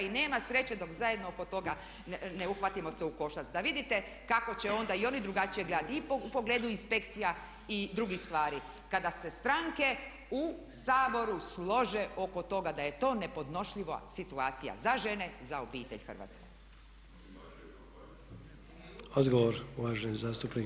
I nema sreće dok zajedno oko toga ne uhvatimo se u koštac da vidite kako će onda i oni drugačije gledati i u pogledu inspekcija i drugih stvari kada se stranke u Saboru slože oko toga da je to nepodnošljiva situacija za žene, za obitelj Hrvatske.